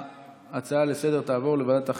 וההצעה לסדר-היום תעבור לוועדת